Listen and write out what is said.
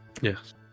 Yes